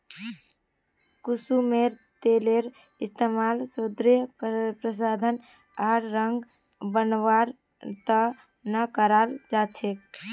कुसुमेर तेलेर इस्तमाल सौंदर्य प्रसाधन आर रंग बनव्वार त न कराल जा छेक